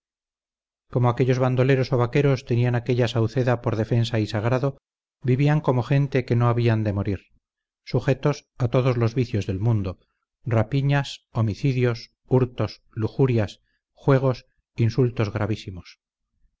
como aquellos bandoleros o vaqueros tenían aquella sauceda por defensa y sagrado vivían como gente que no habían de morir sujetos a todos los vicios del mundo rapiñas homicidios hurtos lujurias juegos insultos gravísimos